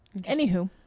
Anywho